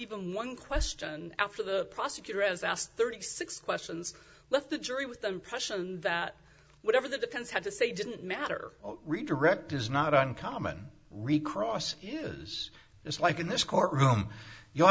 people one question after the prosecutor has asked thirty six questions left the jury with the impression that whatever the defense had to say didn't matter redirect is not uncommon recross use it's like in this courtroom you'll